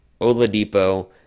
Oladipo